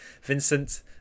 Vincent